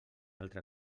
altra